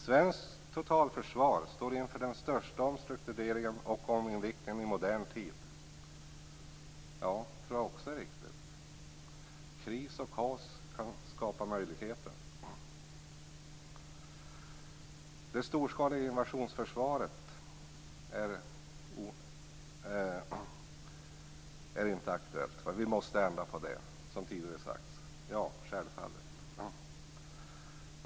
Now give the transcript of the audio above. Svenskt totalförsvar står inför den största omstruktureringen och ominriktningen i modern tid. - Ja, det tror jag också är riktigt. Kris och kaos kan skapa möjligheten. - Det storskaliga invasionsförsvaret är inte aktuellt. Vi måste ändra på det! - Ja, självfallet.